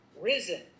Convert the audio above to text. risen